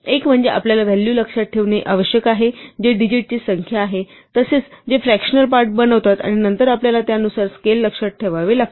एक म्हणजे आपल्याला व्हॅल्यू लक्षात ठेवणे आवश्यक आहे जे डिजिट ची संख्या आहे तसेच जे फ्रकॅशनल पार्ट बनवतात आणि नंतर आपल्याला त्यानुसार स्केल लक्षात ठेवावे लागते